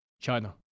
China